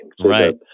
Right